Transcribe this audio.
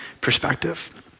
perspective